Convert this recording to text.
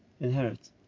inherit